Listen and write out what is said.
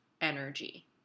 energy